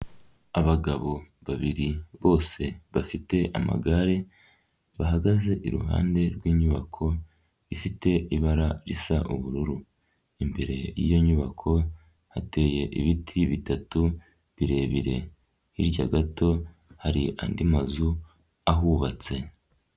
Abagabo babiri bose bafite amagare bahagaze iruhande rw'inyubako ifite ibara risa ubururu, imbere y'iyo inyubako hateye ibiti bitatu birebire, hirya gato hari andi mazu ahubatse.